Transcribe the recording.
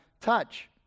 touch